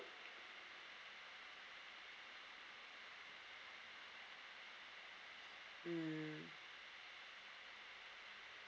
mm